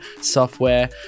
software